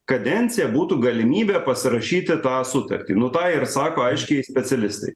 kadenciją būtų galimybė pasirašyti tą sutartį nu tą ir sako aiškiai specialistai